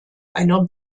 einer